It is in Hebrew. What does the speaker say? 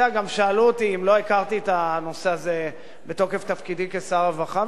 גם שאלו אותי אם לא הכרתי את הנושא הזה בתוקף תפקידי כשר הרווחה,